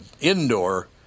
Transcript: indoor